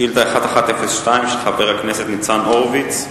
שאילתא 1102, של חבר הכנסת ניצן הורוביץ: